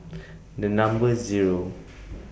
The Number Zero